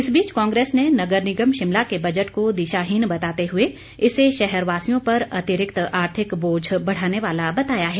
इस बीच कांग्रेस ने नगर निगम शिमला के बजट को दिशाहिन बताते हुए इसे शहर वासियों पर अतिरिक्त आर्थिक बोझ बढ़ाने वाला बताया है